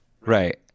Right